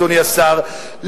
אדוני השר,